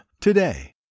today